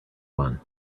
one